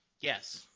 yes